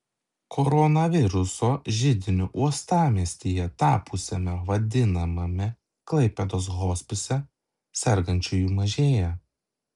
koronaviruso židiniu uostamiestyje tapusiame vadinamame klaipėdos hospise sergančiųjų mažėja